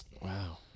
Wow